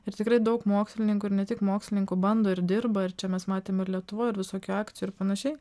ir tikrai daug mokslininkų ir ne tik mokslininkų bando ir dirba ir čia mes matėm ir lietuvoj ir visokių akcijų ir panašiai